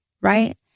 right